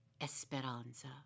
Esperanza